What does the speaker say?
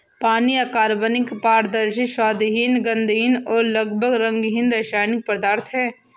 पानी अकार्बनिक, पारदर्शी, स्वादहीन, गंधहीन और लगभग रंगहीन रासायनिक पदार्थ है